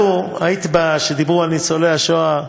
כשדיברו על ניצולי השואה,